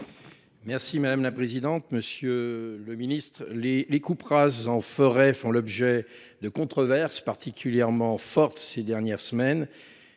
des territoires. Monsieur le ministre, les coupes rases en forêt font l’objet de controverses particulièrement fortes ces dernières semaines.